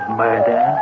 murder